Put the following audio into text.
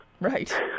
right